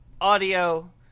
audio